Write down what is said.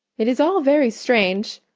it is all very strange.